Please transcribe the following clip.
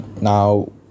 Now